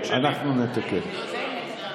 לא, זה אצלי.